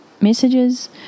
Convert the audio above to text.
messages